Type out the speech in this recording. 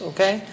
Okay